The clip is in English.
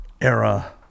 era